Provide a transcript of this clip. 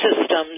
Systems